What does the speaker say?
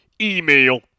email